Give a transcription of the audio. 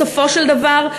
בסופו של דבר,